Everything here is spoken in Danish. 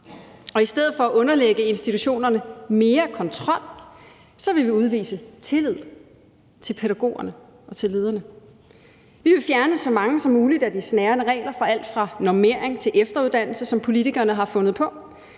I stedet for at underlægge institutionerne mere kontrol vil vi udvise tillid til pædagogerne og til lederne. Vi vil fjerne så mange som muligt af de snærende regler for alt fra normering til efteruddannelse, som politikerne har fundet på,